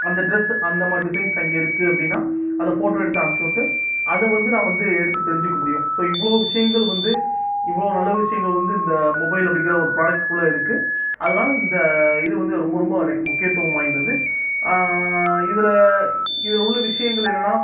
அந்த ட்ரெஸ் அந்தமாரி டிசைன்ஸ் அங்க இருக்கு அப்பிடின்னா அத ஃபோட்டோ எடுத்து அனுப்ச்சி விட்டு அத வந்து நான் வந்து எடுத்து தெரிஞ்சிக்க முடியும் ஸோ இவ்ளோ விஷயங்கள் வந்து இவ்ளோ நல்ல விஷயங்கள் வந்து இந்த மொபைல் அப்படிங்கிற ஒரு ப்ராடக்ட்குள்ள இருக்கு அதனால இந்த இது வந்து ரொம்ப ரொம்ப எனக்கு முக்கியத்துவம் வாய்ந்தது இதுல இதுல உள்ள விஷயங்கள் என்னென்னா